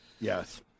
Yes